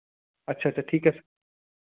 ਅੱਛਾ ਅੱਛਾ ਠੀਕ ਹੈ